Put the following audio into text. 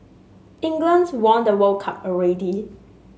England's won the World Cup already